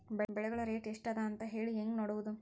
ಬೆಳೆಗಳ ರೇಟ್ ಎಷ್ಟ ಅದ ಅಂತ ಹೇಳಿ ಹೆಂಗ್ ನೋಡುವುದು?